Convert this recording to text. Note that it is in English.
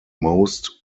most